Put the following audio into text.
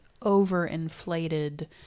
overinflated